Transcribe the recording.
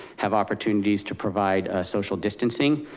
have opportunities to provide social distancing.